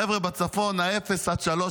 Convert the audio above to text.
החבר'ה בצפון של 0 3,